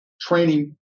training